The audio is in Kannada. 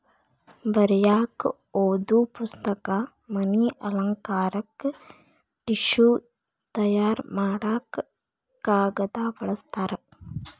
ಬರಿಯಾಕ ಓದು ಪುಸ್ತಕ, ಮನಿ ಅಲಂಕಾರಕ್ಕ ಟಿಷ್ಯು ತಯಾರ ಮಾಡಾಕ ಕಾಗದಾ ಬಳಸ್ತಾರ